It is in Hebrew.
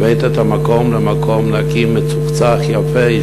הבאת את המקום למקום נקי, מצוחצח, יפה.